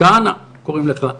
כהנא קוראים לך.